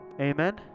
Amen